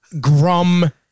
Grum